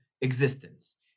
existence